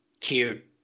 Cute